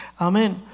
amen